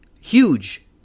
huge